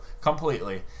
completely